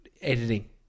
editing